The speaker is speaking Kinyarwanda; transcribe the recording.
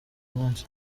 munsi